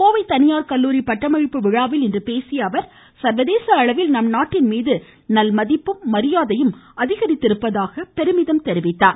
கோவை தனியார் கல்லூரி பட்டமளிப்பு விழாவில் பேசிய அவர் சர்வதேச அளவில் நம் நாட்டின் மீது நன்மதிப்பும் மரியாதையும் அதிகரித்திருப்பதாக கூறினார்